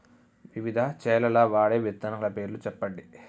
వివిధ చేలల్ల వాడే విత్తనాల పేర్లు చెప్పండి?